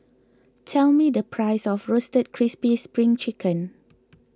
tell me the price of Roasted Crispy Spring Chicken